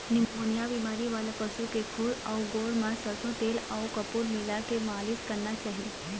pneumonia बेमारी वाला पशु के खूर अउ गोड़ म सरसो तेल अउ कपूर मिलाके मालिस करना चाही